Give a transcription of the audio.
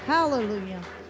Hallelujah